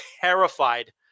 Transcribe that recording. terrified